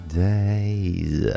days